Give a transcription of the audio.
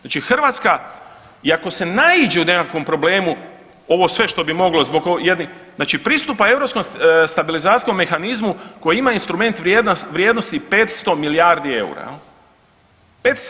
Znači Hrvatska iako se naiđe u nekakvom problemu ovo sve što bi moglo zbog jednih, znači pristupa Europskom stabilizacijskom mehanizmu koji ima instrument vrijednosti 500 milijardi EUR-a jel.